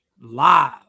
Live